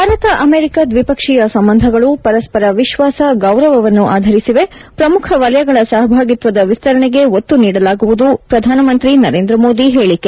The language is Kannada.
ಭಾರತ ಅಮೆರಿಕ ದ್ವಿಪಕ್ಷೀಯ ಸಂಬಂಧಗಳು ಪರಸ್ತರ ವಿಶ್ವಾಸ ಗೌರವವನ್ನು ಆಧರಿಸಿವೆ ಪ್ರಮುಖ ವಲಯಗಳ ಸಹಭಾಗಿತ್ವದ ವಿಸ್ತರಣೆಗೆ ಒತ್ತು ನೀಡಲಾಗುವುದು ಪ್ರಧಾನಮಂತ್ರಿ ನರೇಂದ್ರಮೋದಿ ಹೇಳಿಕೆ